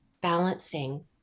balancing